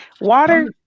Water